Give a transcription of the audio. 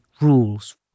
rules